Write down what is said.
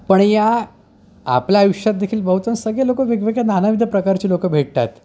पण या आपल्या आयुष्यात देखील बहुतांश सगळे लोकं वेगवेगळ्या नानाविध प्रकारची लोकं भेटतात